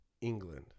England